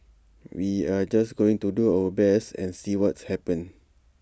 we are just going to do our best and see what's happen